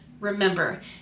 Remember